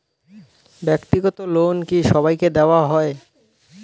ব্যাক্তিগত লোন কি সবাইকে দেওয়া হয়?